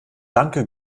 danke